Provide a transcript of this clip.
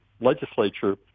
legislature